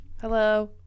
Hello